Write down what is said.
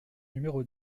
numéro